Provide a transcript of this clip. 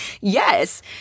yes